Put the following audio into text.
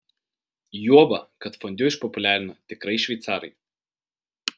juoba kad fondiu išpopuliarino tikrai šveicarai